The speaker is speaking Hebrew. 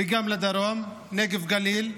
וגם לדרום, נגב-גליל,